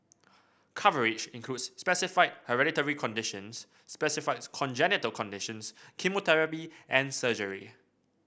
coverage includes specified hereditary conditions specified congenital conditions chemotherapy and surgery